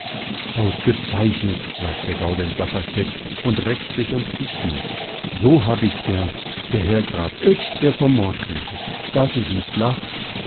ausgezeichnet sagt der gaudenz safferstätt und reckt sich und kriegt mut so hab ich's gern der herr graf oetsch der vom mord redet daß ich nicht lach